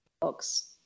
books